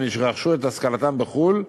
למי שרכשו את השכלתם בחו"ל,